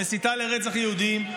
המסיתה לרצח יהודים.